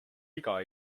viga